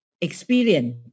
experience